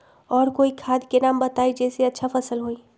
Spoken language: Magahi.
और कोइ खाद के नाम बताई जेसे अच्छा फसल होई?